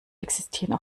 existieren